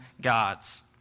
God's